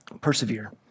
Persevere